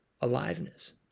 aliveness